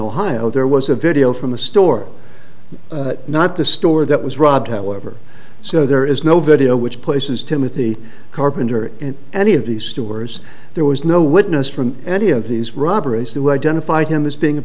ohio there was a video from a store not the store that was robbed however so there is no video which places timothy carpenter in any of these stores there was no witness from any of these robberies that were identified him as being a